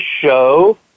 show